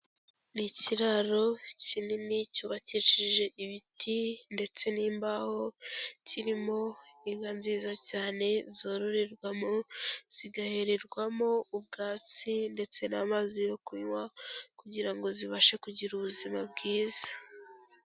Ni ikiraro kinini cyubakishije ibiti ndetse n'imbaho kirimo inka nziza cyane zororerwamo zigahererwamo ubwatsi ndetse n'amazi yo kunywa kugira ngo zibashe kugira ubuzima bwiza.